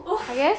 oof